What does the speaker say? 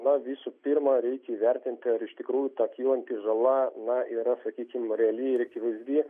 na visų pirma reikia įvertinti ar iš tikrųjų ta kylanti žala na yra sakykim reali ir akivaizdi